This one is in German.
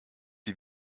die